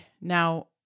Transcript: Now